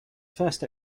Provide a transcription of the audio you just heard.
first